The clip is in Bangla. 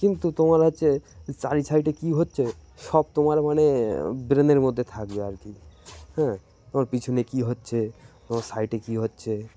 কিন্তু তোমার হচ্ছে চারি সাইডে কী হচ্ছে সব তোমার মানে ব্রেনের মধ্যে থাকবে আর কি হ্যাঁ তোমার পিছনে কী হচ্ছে তোমার সাইডে কী হচ্ছে